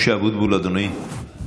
משה אבוטבול, אדוני.